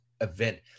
event